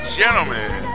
gentlemen